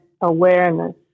awareness